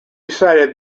cited